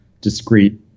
discrete